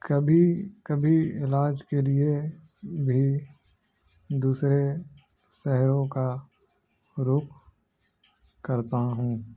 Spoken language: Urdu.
کبھی کبھی علاج کے لیے بھی دوسرے سہروں کا روک کرتا ہوں